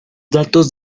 datos